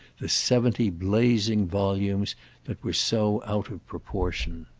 the seventy blazing volumes that were so out of proportion.